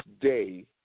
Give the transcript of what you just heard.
day